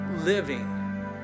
living